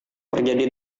terjadi